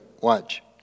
Watch